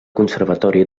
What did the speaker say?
conservatori